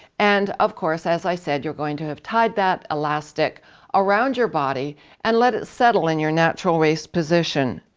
and of course as i said you're going to have tied that elastic around your body and let it settle in your natural waist position.